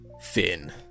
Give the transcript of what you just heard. Finn